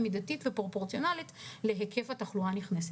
מידתית ופרופורציונלית להיקף התחלואה הנכנסת.